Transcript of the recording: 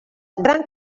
gran